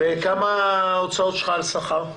כמה ההוצאות שלך על שכר?